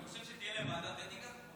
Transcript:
אתה חושב שתהיה להם ועדת אתיקה?